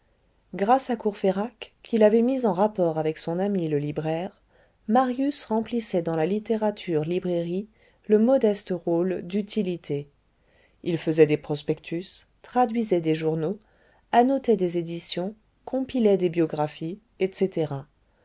grâce à courfeyrac qui l'avait mis en rapport avec son ami le libraire marius remplissait dans la littérature librairie le modeste rôle d'utilité il faisait des prospectus traduisait des journaux annotait des éditions compilait des biographies etc